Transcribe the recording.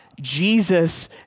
Jesus